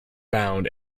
bound